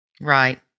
Right